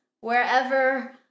wherever